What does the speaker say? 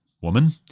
woman